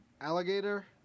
alligator